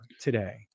today